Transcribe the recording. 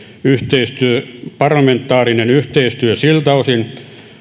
yhteistyö parlamentaarinen yhteistyö siltä osin